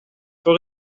voor